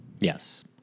yes